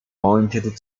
pointed